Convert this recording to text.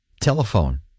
telephone